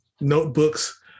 notebooks